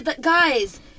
guys